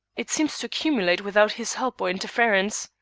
it seems to accumulate without his help or interference.